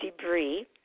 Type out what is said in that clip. debris